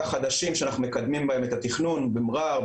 חדשים שאנחנו מקדמים בהם את התכנון במע'אר,